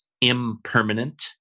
impermanent